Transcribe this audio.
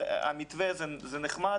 המתווה זה נחמד.